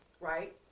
right